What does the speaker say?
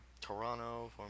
Toronto